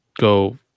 go